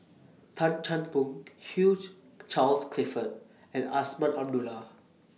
Tan Chan Boon Hugh Charles Clifford and Azman Abdullah